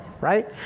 right